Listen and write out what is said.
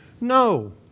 no